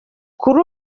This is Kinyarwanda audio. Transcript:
kuri